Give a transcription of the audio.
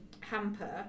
hamper